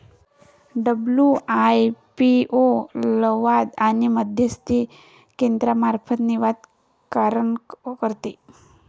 WIPO लवाद आणि मध्यस्थी केंद्रामार्फत विवाद निराकरण करते